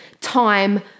time